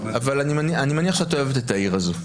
אבל אני מניח שאת אוהבת את העיר הזאת.